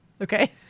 okay